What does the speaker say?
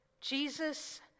Jesus